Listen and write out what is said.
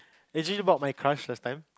actually bought my crush last time